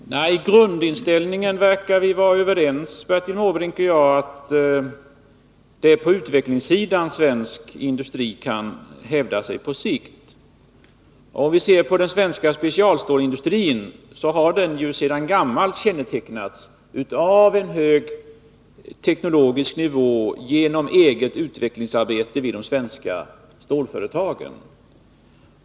Fru talman! När det gäller grundinställningen verkar Bertil Måbrink och jag vara överens om att det är på utvecklingssidan som svensk industri på sikt kan hävda sig. Om vi ser på den svenska specialstålsindustrin, finner vi att denna sedan gammalt kännetecknas av en hög teknologisk nivå tack vare eget utvecklingsarbete vid de svenska stålföretagen.